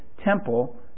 temple